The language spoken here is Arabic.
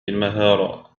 المهارة